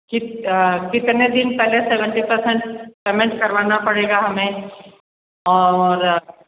कितने दिन पहले सेवेंटी पर्सेन्ट पेमेंट करवाना पड़ेगा हमें और